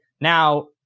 Now